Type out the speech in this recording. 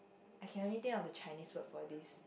I can only think of the Chinese word for this